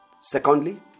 Secondly